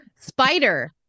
spider